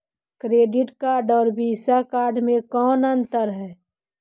Credit card और Visa card मे कौन अन्तर है?